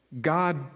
God